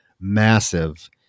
massive